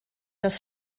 das